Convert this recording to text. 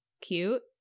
cute